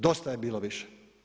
Dosta je bilo više.